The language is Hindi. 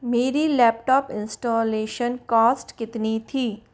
मेरी लैपटॉप इंस्टॉलेशन कॉस्ट कितनी थी